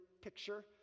picture